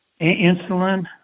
insulin